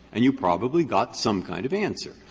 and you probably got some kind of answer.